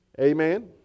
Amen